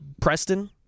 Preston